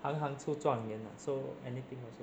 行行出状元 ah so anything also